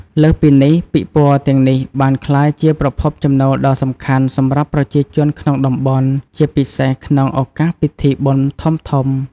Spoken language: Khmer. លើសពីនេះ ពិព័រណ៍ទាំងនេះបានក្លាយជាប្រភពចំណូលដ៏សំខាន់សម្រាប់ប្រជាជនក្នុងតំបន់ ជាពិសេសក្នុងឱកាសពិធីបុណ្យធំៗ។